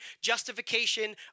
justification